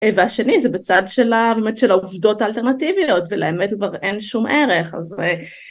והשני זה בצד של העובדות האלטרנטיביות ולאמת אין שום ערך.